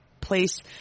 place